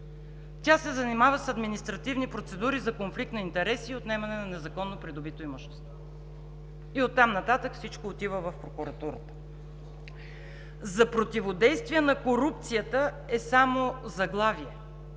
Тя се занимава с административни процедури за конфликт на интереси и отнемане на незаконно придобито имущество и оттам нататък всичко отива в прокуратурата. „За противодействие на корупцията“ е само заглавие,